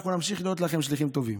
אנחנו נמשיך להיות לכם שליחים טובים.